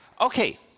Okay